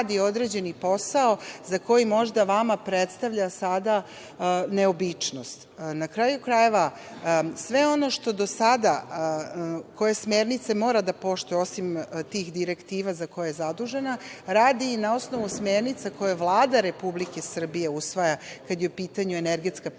radi određeni posao za koji možda vama predstavlja sada neobičnost? Na kraju krajeva, sve ono što do sada, koje smernice mora da poštuje, osim tih direktiva za koje je zadužena, radi i na osnovu smernica koje Vlada Republike Srbije usvaja, kada je u pitanju energetska politika